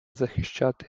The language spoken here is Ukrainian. захищати